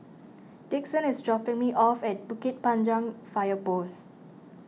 Dixon is dropping me off at Bukit Panjang Fire Post